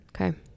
Okay